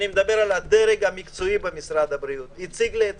הדרג המקצועי במשרד הבריאות הציג לי את